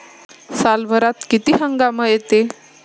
सालभरात किती हंगाम येते?